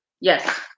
Yes